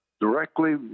Directly